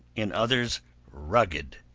in others rugged.